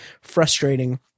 frustrating